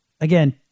again